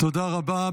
תודה רבה.